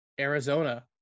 Arizona